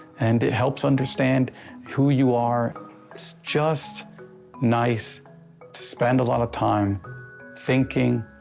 and it helps understand who you are. it's just nice to spend a lotta time thinking,